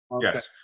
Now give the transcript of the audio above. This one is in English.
Yes